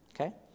Okay